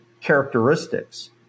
characteristics